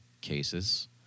cases